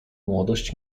młodość